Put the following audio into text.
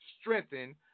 strengthen